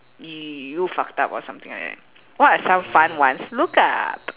you you fucked up or something like that what are some fun ones look up